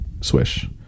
swish